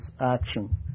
action